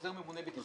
עוזר ממונה בטיחות.